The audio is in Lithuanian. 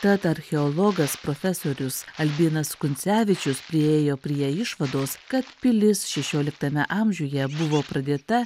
tad archeologas profesorius albinas kuncevičius priėjo prie išvados kad pilis šešioliktame amžiuje buvo pradėta